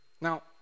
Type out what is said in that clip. Now